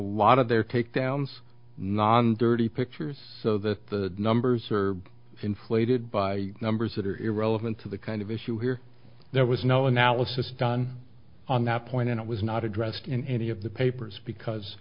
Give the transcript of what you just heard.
lot of their takedowns non dirty pictures so that the numbers are inflated by numbers that are irrelevant to the kind of issue here there was no analysis done on that point and it was not addressed in any of the papers because